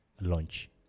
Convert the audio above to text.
launch